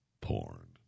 porn